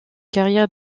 carrière